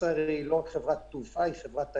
ישראייר היא לא רק חברת תעופה, היא חברת תיירות.